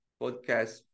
podcast